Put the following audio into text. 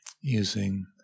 using